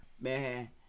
Man